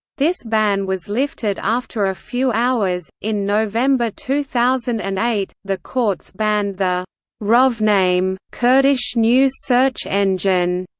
this ban was lifted after a few hours in november two thousand and eight, the courts banned the rojname kurdish news search engine,